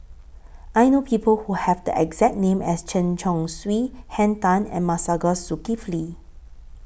I know People Who Have The exact name as Chen Chong Swee Henn Tan and Masagos Zulkifli